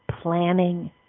planning